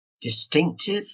distinctive